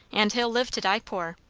and he'll live to die poor.